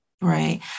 right